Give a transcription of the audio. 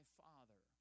father